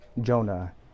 Jonah